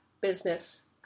business